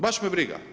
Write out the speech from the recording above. Baš me briga.